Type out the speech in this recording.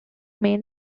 man